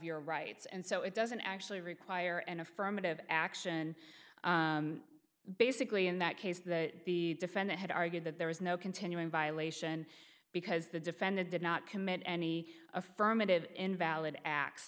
your rights and so it doesn't actually require an affirmative action basically in that case that the defendant had argued that there was no continuing violation because the defendant did not commit any affirmative invalid acts